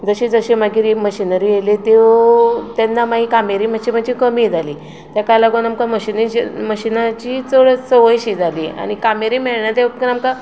जशीं जशीं मागीर हे मशिनरी येयली त्यो तेन्ना मागीर कामेरी मातशी मातशी कमी जाली तेका लागून आमकां मशिनाची चड संवय शी जाली आनी कामेरी मेळना त्या वगतार आमकां